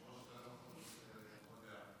או שהיושב-ראש לא יכול להביע דעה?